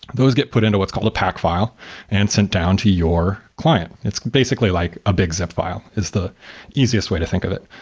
those get put into what's called a pack file and sent down to your client. it's basically like a big zip file is the easiest way to think of it.